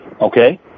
okay